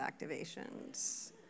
activations